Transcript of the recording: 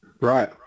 Right